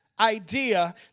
idea